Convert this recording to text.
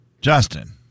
Justin